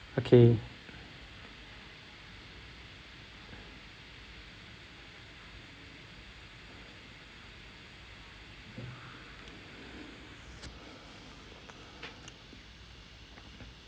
okay